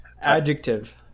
adjective